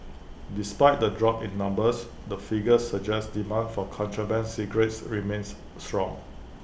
despite the drop in numbers the figures suggest demand for contraband cigarettes remains strong